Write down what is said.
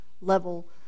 level